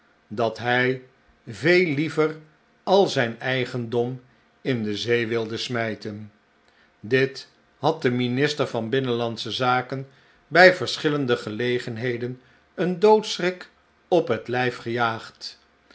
dat hij veel liever al zijn eigendom in de zee wilde smijten dit had den minister van binnenlansche zaken bij verschillende gelegenheden een doodschrik op het lijf gejaagd